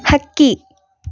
ಹಕ್ಕಿ